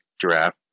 giraffe